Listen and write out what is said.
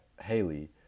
Haley